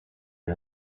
and